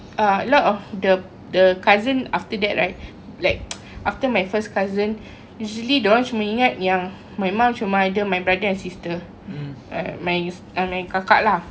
a lot of the the cousin after that right like after my first cousin usually dia orang cuma ingat yang my mum cuma ada my brother and sister my kakak lah